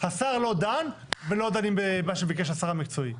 השר לא דן ולא דנים במה שביקש השר המקצועי.